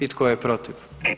I tko je protiv?